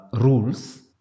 rules